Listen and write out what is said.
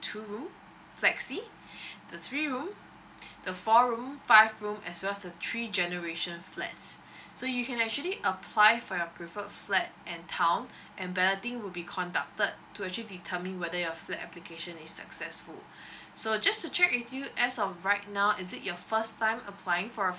two room flexi the three room the four room five room as well as the three generation flats so you can actually apply for your prefer flat and town and balloting will be conducted to actually determine whether your flat application is successful so just to check with you as of right now is it your first time applying for a